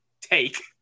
take